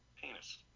penis